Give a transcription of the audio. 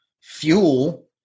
fuel